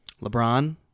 LeBron